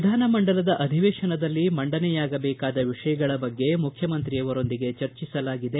ವಿಧಾನಮಂಡಲದ ಅಧಿವೇಶನದಲ್ಲಿ ಮಂಡನೆಯಾಗಬೇಕಾದ ವಿಷಯಗಳ ಬಗ್ಗೆ ಮುಖ್ಯಮಂತ್ರಿಯವರೊಂದಿಗೆ ಚರ್ಚಿಸಲಾಗಿದೆ